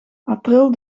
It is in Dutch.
april